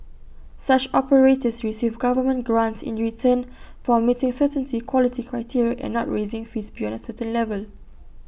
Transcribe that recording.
such operators receive government grants in return for meeting certain quality criteria and not raising fees beyond A certain level